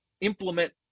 implement